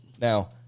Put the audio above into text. now